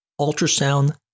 ultrasound